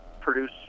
produce